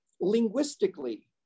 linguistically